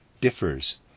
differs